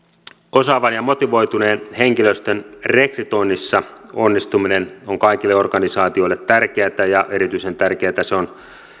osaavan ja motivoituneen henkilöstön rekrytoinnissa onnistuminen on kaikille organisaatioille tärkeätä ja erityisen tärkeätä se on